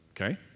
Okay